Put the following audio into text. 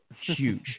huge